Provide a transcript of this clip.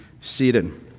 seated